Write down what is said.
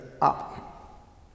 up